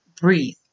breathe